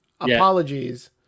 Apologies